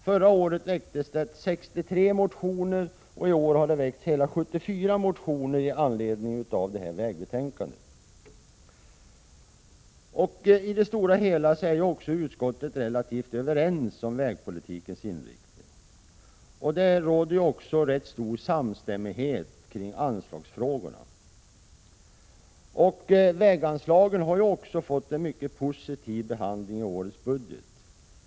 Förra året väcktes 63 motioner, och i år har det väckts hela 74 motioner i anledning av detta vägbetänkande. I det stora hela är utskottet relativt överens om vägpolitikens inriktning. Det råder också rätt stor samstämmighet kring anslagsfrågorna. Väganslagen har fått en mycket positiv behandling i årets budget.